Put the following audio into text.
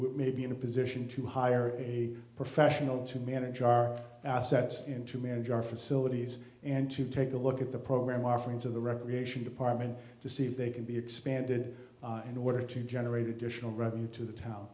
we may be in a position to hire a professional to manage our assets in to manage our facilities and to take a look at the program offerings of the recreation department to see if they can be expanded in order to generate additional revenue to the town